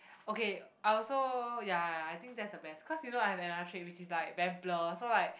okay I also ya I think that's the best cause you know I have another trait which is like very blur so like